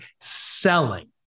selling